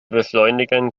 beschleunigen